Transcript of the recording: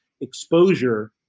exposure